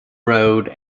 road